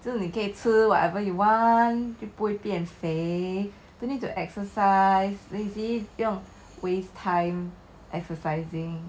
so 你可以吃 whatever you want 又不用变肥 don't need to exercise lazy 不用 waste time exercising